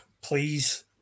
please